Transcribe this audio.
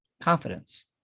confidence